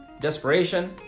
desperation